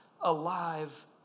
alive